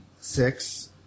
Six